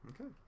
Okay